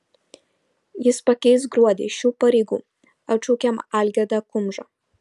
jis pakeis gruodį iš šių pareigų atšaukiamą algirdą kumžą